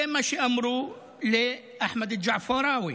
זה מה שאמרו לאחמד א-ג'עפראווי,